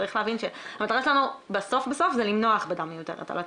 צריך להבין שהמטרה שלנו בסוף זה למנוע הכבדה מיותרת על הציבור.